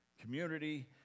Community